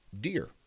deer